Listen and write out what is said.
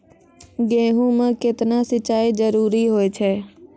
गेहूँ म केतना सिंचाई जरूरी होय छै?